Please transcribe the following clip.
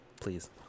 please